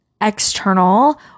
external